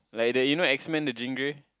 like the you know X men the Jean-Grey